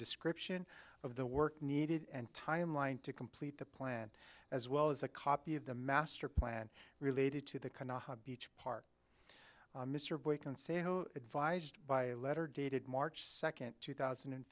description of the work needed and timeline to complete the plan as well as a copy of the master plan related to the beach park mr blake and advised by a letter dated march second two thousand and